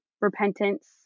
repentance